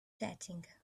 setting